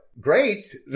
great